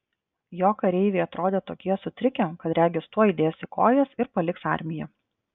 jo kareiviai atrodė tokie sutrikę kad regis tuoj dės į kojas ir paliks armiją